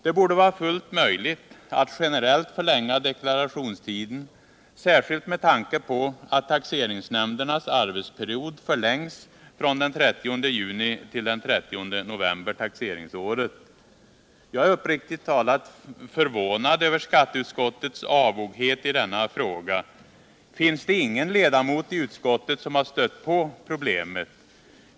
Det borde vara fullt möjligt att generellt förlänga deklarationstiden, särskilt med tanke på att taxeringsnämndernas arbetsperiod förlängs från den 30 juni till den 30 november taxeringsåret. Jag är uppriktigt talat förvånad över skatteutskottets avoghet i denna fråga. Finns det ingen ledamot i utskottet som stött på problemet?